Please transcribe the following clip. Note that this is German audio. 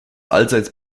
allseits